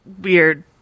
weird